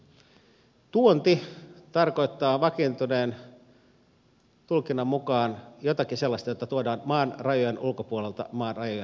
tuonti tarkoittaa vakiintuneen tulkinnan mukaan jotakin sellaista jota tuodaan maan rajojen ulkopuolelta maan rajojen sisäpuolelle